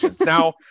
Now